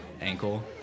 ankle